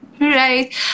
Right